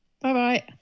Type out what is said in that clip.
Bye-bye